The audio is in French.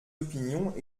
opinions